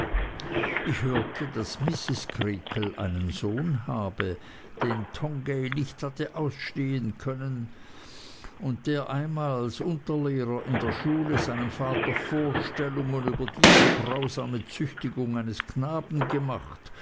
ich hörte daß mrs creakle einen sohn habe den tongay nicht hatte ausstehen können und der einmal als unterlehrer in der schule seinem vater vorstellungen über die zu grausame züchtigung eines knaben gemacht